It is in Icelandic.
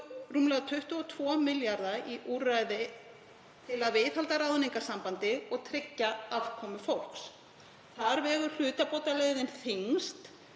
rúmlega 22 milljarða í úrræði til að viðhalda ráðningarsambandi og tryggja afkomu fólks. Þar vegur hlutabótaleiðin þyngst